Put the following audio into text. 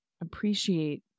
appreciate